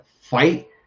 fight